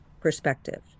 perspective